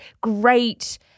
great